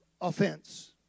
offense